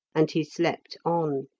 and he slept on.